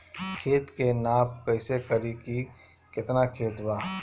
खेत के नाप कइसे करी की केतना खेत बा?